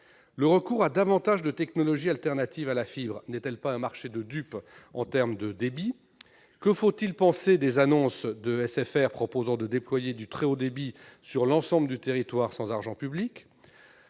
Le recours à davantage de technologies alternatives à la fibre n'est-il pas un marché de dupes en termes de débit ? Que faut-il penser des annonces de SFR, qui dit vouloir déployer le très haut débit sur l'ensemble du territoire sans argent public ?